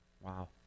Wow